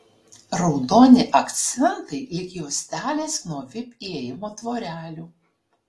raudoni akcentai lyg juostelės nuo vip įėjimo tvorelių